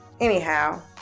Anyhow